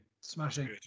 Smashing